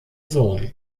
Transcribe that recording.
sohn